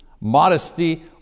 Modesty